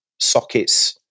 sockets